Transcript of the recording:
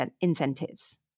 incentives